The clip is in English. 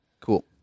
Cool